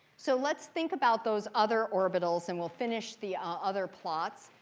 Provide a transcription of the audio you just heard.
so let's think about those other orbitals. and we'll finish the other plots.